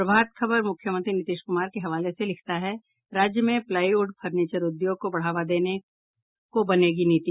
प्रभात खबर मुख्यमंत्री नीतीश कुमार के हवाले से लिखता है राज्य में प्लाईवुड फर्नीचर उद्योग को बढ़ावा देने को बनेगी नीति